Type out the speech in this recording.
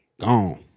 gone